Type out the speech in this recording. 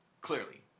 Clearly